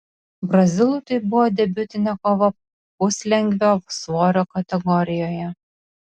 brazilui tai buvo debiutinė kova puslengvio svorio kategorijoje